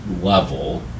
level